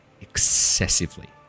excessively